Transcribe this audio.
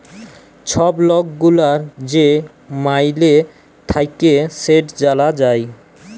ছব লক গুলার যে মাইলে থ্যাকে সেট জালা যায়